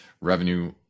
Revenue